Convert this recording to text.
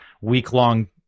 week-long